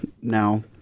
now